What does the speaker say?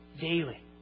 Daily